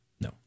No